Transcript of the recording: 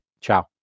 Ciao